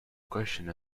question